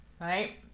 Right